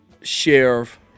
sheriff